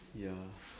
ya